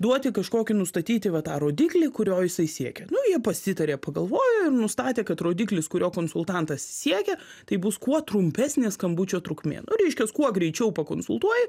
duoti kažkokį nustatyti va tą rodiklį kurio jisai siekia nu jie pasitarė pagalvojo ir nustatė kad rodiklis kurio konsultantas siekia tai bus kuo trumpesnė skambučio trukmė nu reiškias kuo greičiau pakonsultuoji